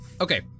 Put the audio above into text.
Okay